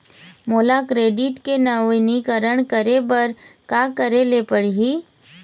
मोला क्रेडिट के नवीनीकरण करे बर का करे ले पड़ही?